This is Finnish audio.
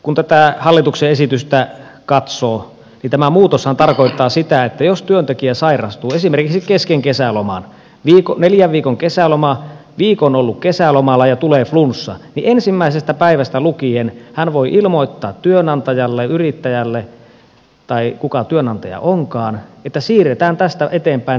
kun tätä hallituksen esitystä katsoo niin tämä muutoshan tarkoittaa sitä että jos työntekijä sairastuu esimerkiksi kesken kesäloman on neljän viikon kesäloma viikon ollut kesälomalla ja tulee flunssa niin ensimmäisestä päivästä lukien hän voi ilmoittaa työnantajalle yrittäjälle tai kuka työnantaja onkaan että siirretään tästä eteenpäin vuosilomaa